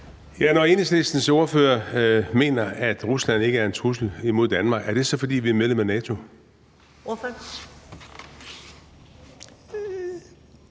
Når Enhedslistens ordfører mener, at Rusland ikke er en trussel imod Danmark, er det så, fordi vi er medlemmer af NATO? Kl.